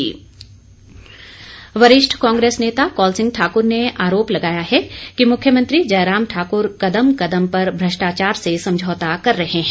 कौल सिंह वरिष्ठ कांग्रेस नेता कौल सिंह ठाक्र ने आरोप लगाया है कि मुख्यमंत्री जयराम ठाक्र कदम कदम पर भ्रष्टाचार से समझौता कर रहे हैं